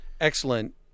excellent